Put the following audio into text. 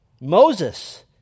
Moses